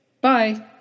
Bye